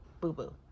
Boo-boo